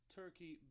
turkey